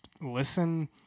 listen